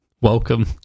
welcome